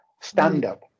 stand-up